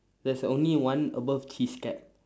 there's only one above his cap